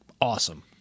awesome